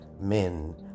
men